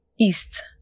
east